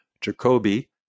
Jacoby